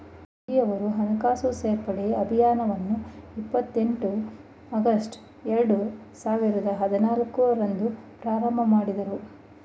ಮೋದಿಯವರು ಹಣಕಾಸು ಸೇರ್ಪಡೆ ಅಭಿಯಾನವನ್ನು ಇಪ್ಪತ್ ಎಂಟು ಆಗಸ್ಟ್ ಎರಡು ಸಾವಿರದ ಹದಿನಾಲ್ಕು ರಂದು ಪ್ರಾರಂಭಮಾಡಿದ್ರು